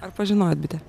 ar pažinojot bitę